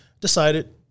decided